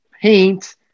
paint